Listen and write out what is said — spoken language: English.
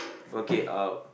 okay uh